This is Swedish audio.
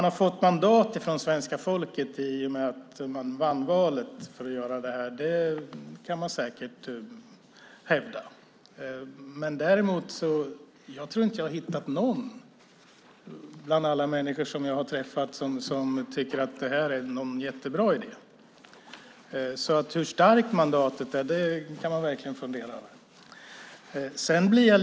Herr talman! Att man i och med att man vann valet fått mandat från svenska folket att göra detta kan säkert hävdas. Jag tror dock inte att jag hittat någon bland alla de människor jag träffat som tycker att detta är en jättebra idé. Hur starkt mandatet är kan man därför fundera över.